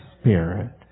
Spirit